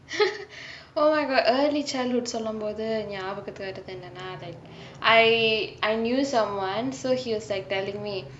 oh I got early childhood சொல்லும்போது ஞாபகத்துக்கு வருது என்னனா:sollumpothu nyabagathuku varuthu ennanaa I I knew someone so he was like telling me